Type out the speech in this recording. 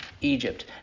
Egypt